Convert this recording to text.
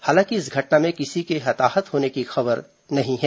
हालांकि इस घटना में किसी के हताहत होने की खबर नहीं है